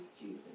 Jesus